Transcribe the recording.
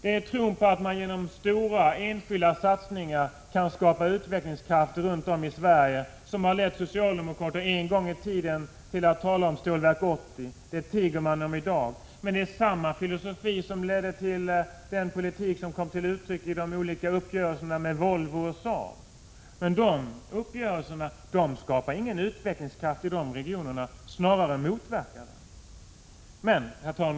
Det var tron att man genom stora enskilda satsningar kunde skapa utvecklingskrafter runt om i Sverige som en gång i tiden ledde socialdemokraterna till att tala om Stålverk 80. Det tiger man med i dag. Det var samma filosofi som ledde till den politik som kom till uttryck i de olika uppgörelserna med Volvo och Saab. De uppgörelserna skapade ingen utvecklingskraft i de regionerna — snarare motverkade de det syftet.